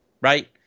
right